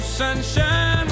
sunshine